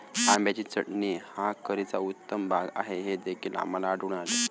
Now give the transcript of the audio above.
आंब्याची चटणी हा करीचा उत्तम भाग आहे हे देखील आम्हाला आढळून आले